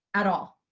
at all.